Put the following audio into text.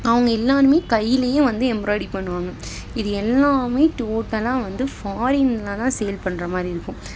அவங்க எல்லோருமே கையிலேயே வந்து எம்ப்ராய்டி பண்ணுவாங்க இது எல்லாம் டோட்டலாக வந்து ஃபாரினில் தான் சேல் பண்ணுற மாதிரி இருக்கும்